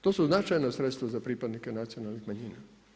To su značajna sredstva za pripadnike nacionalnih manjina.